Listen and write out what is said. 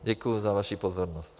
Děkuju za vaši pozornost.